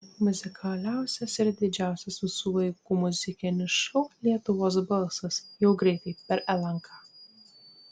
muzikaliausias ir didžiausias visų laikų muzikinis šou lietuvos balsas jau greitai per lnk